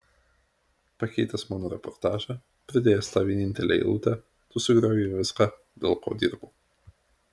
pakeitęs mano reportažą pridėjęs tą vienintelę eilutę tu sugriovei viską dėl ko dirbau